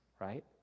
right